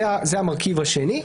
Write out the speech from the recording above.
זה המרכיב השני.